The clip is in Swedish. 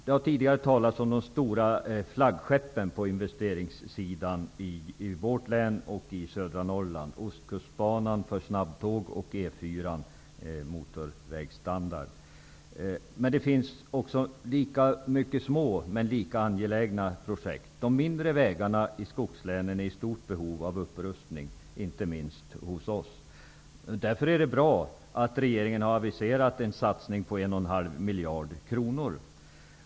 Det har tidigare talats om de stora flaggskeppen på investeringssidan i vårt län och i södra Norrland, ostkustbanan för snabbtåg och motorvägsstandard på E 4:an. Men det finns många små, lika angelägna projekt. De mindre vägarna i skogslänen är i stort behov av upprustning, inte minst hos oss. Därför är det bra att regeringen har aviserat en satsning på 1,5 miljarder kronor.